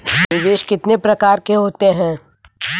निवेश कितने प्रकार के होते हैं?